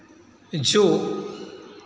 जो